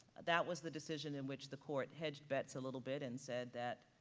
that was the decision in which the court hedged bets a little bit and said that